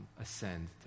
ascend